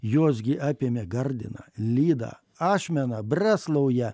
jos gi apėmė gardiną lydą ašmeną breslaują